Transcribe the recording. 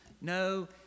no